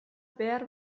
behar